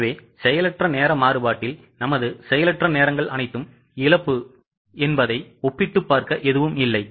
எனவே செயலற்ற நேர மாறுபாட்டில் நமது செயலற்ற நேரங்கள் அனைத்தும் இழப்பு என்பதை ஒப்பிட்டுப் பார்க்க எதுவும் இல்லை